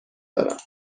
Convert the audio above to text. دارم